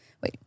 Wait